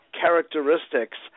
characteristics